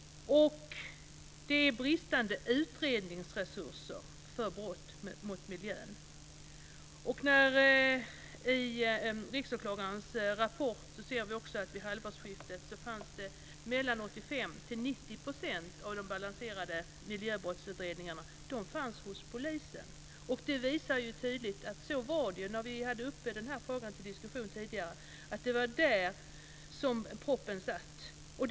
Det är fråga om brist på utredningsresurser rörande brott mot miljön. Av Riksåklagarens rapport framgår det att vid halvårsskiftet fanns 85-90 % av miljöbrottsutredningarna hos polisen. Den tidigare diskussionen visade tydligt att proppen satt där.